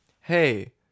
hey